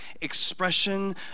expression